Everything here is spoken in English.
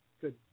Good